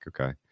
okay